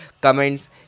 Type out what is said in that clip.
comments